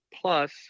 plus